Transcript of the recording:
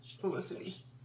Felicity